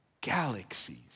galaxies